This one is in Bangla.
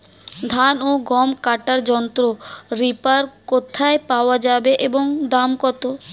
ধান ও গম কাটার যন্ত্র রিপার কোথায় পাওয়া যাবে এবং দাম কত?